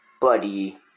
buddy